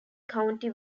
county